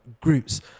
groups